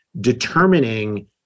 determining